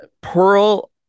Pearl